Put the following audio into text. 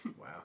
Wow